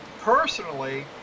personally